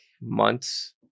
months